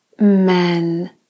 men